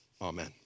Amen